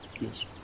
yes